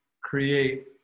create